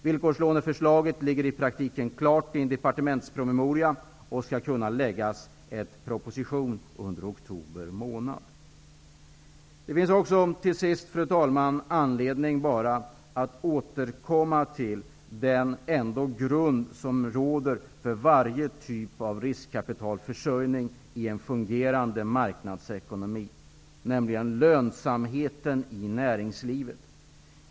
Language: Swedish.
Villkorslåneförslaget ligger i praktiken klart i en departemenspromemoria, och en proposition skall kunna läggas fram under oktober månad. Till sist, fru talman, finns det anledning att återkomma till den grund som ändå finns för varje typ av riskkapitalförsörjning i en fungerande marknadsekonomi, nämligen lönsamheten i näringslivet.